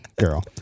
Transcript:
girl